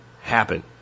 happen